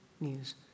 news